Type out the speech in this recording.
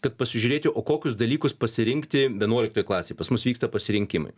kad pasižiūrėti o kokius dalykus pasirinkti vienuoliktoj klasėj pas mus vyksta pasirinkimai